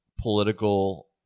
political